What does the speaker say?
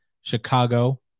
Chicago